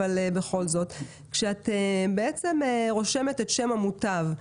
כשאת רושמת את שם המוטב,